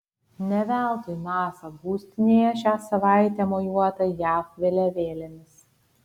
ne veltui nasa būstinėje šią savaitę mojuota jav vėliavėlėmis